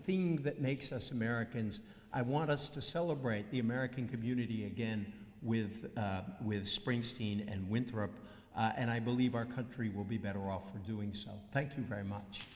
theme that makes us americans i want us to celebrate the american community again with with springsteen and winthrop and i believe our country will be better off for doing so thank you very much